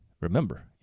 remember